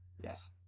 yes